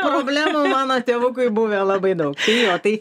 problemų mano tėvukui buvę labai daug tai jo tai